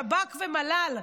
שב"כ ומל"ל,